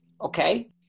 okay